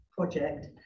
project